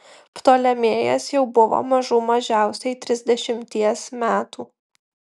ptolemėjas jau buvo mažų mažiausiai trisdešimties metų